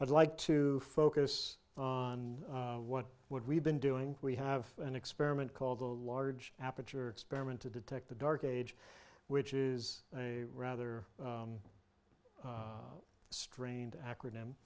i'd like to focus on what would we've been doing we have an experiment called the large aperture experiment to detect the dark age which is a rather strange acronym